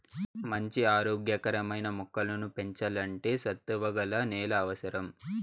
మంచి ఆరోగ్య కరమైన మొక్కలను పెంచల్లంటే సత్తువ గల నేల అవసరం